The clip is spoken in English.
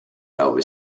nova